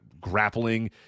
grappling